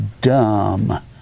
dumb